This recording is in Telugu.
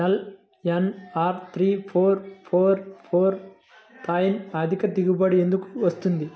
LNR three four four four nine అధిక దిగుబడి ఎందుకు వస్తుంది?